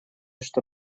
что